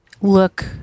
look